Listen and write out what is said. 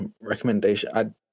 recommendation